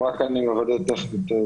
אתה יכול לעשות בדיקה.